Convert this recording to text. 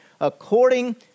According